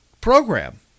program